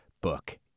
book